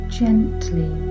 gently